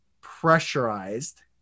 pressurized